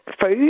food